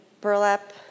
burlap